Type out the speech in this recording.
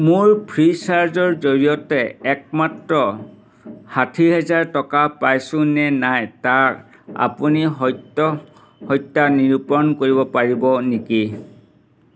মোৰ ফ্ৰীচাৰ্জৰ জৰিয়তে একমাত্ৰ ষাঠি হেজাৰ টকা পাইছো নে নাই তাৰ আপুনি সত্যসত্যা নিৰূপণ কৰিব পাৰিব নেকি